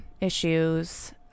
issues